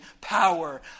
power